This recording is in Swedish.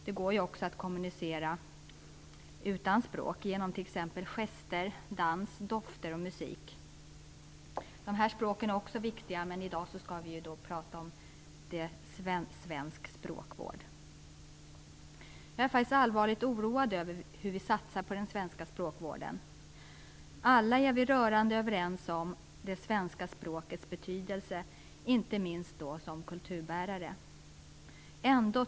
Det går ju att kommunicera också utan språk, t.ex. genom gester, dans, dofter och musik. Även dessa språk är viktiga, men i dag skall vi tala om svensk språkvård. Jag är allvarligt oroad över hur vi satsar på den svenska språkvården. Alla är vi rörande överens om det svenska språkets betydelse, inte minst som kulturbärare.